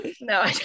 No